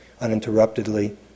uninterruptedly